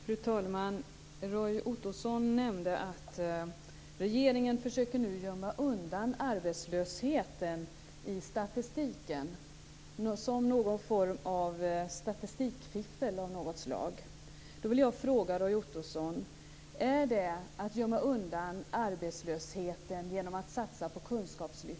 Fru talman! Roy Ottosson nämnde att regeringen nu försöker gömma undan arbetslösheten i statistiken. Det skulle alltså vara fråga om något slags statistikfiffel. Jag vill därför fråga Roy Ottosson: Är det att gömma undan arbetslösheten när man satsar på kunskapslyftet?